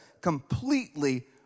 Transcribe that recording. completely